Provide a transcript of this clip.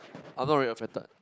I'm not really affected